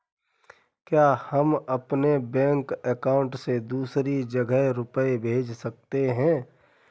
क्या हम अपने बैंक अकाउंट से दूसरी जगह रुपये भेज सकते हैं?